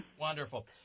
Wonderful